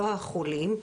לא החולים,